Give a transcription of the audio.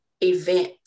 event